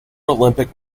olympic